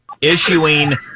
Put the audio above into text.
issuing